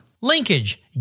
Linkage